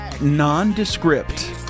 nondescript